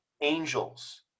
angels